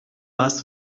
warst